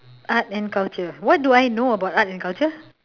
art and culture what do I know about art and culture